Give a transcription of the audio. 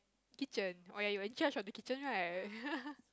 kitchen oh ya you in charge of the kitchen right